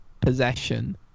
possession